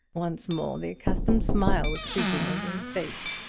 once more the accustomed smile was creeping over his face.